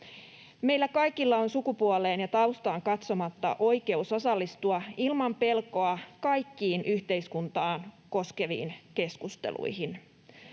Meillä kaikilla on sukupuoleen ja taustaan katsomatta oikeus osallistua ilman pelkoa kaikkiin yhteiskuntaa koskeviin keskusteluihin.